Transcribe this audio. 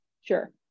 Sure